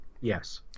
Yes